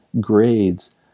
grades